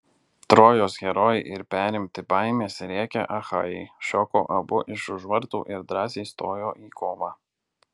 trojos herojai ir perimti baimės rėkia achajai šoko abu iš už vartų ir drąsiai stojo į kovą